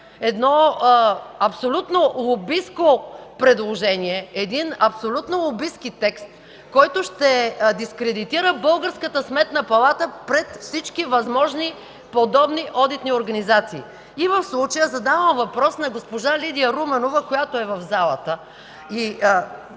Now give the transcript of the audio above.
е абсолютно лобистко предложение, един абсолютно лобистки текст, който ще дискредитира българската Сметна палата пред всички възможни подобни одитни организации. И в случая задавам въпрос на госпожа Лидия Руменова, която е в залата,